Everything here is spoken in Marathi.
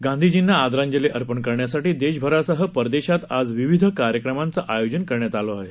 गांधीजींना आदरांजली अर्पण करण्यासाठी देशभरासह परदेशात आज विविध कार्यक्रमांच आयोजन करण्यात आलं आहे